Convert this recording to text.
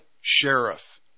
sheriff